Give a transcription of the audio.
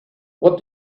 what